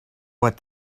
what